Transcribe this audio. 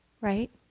right